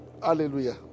Hallelujah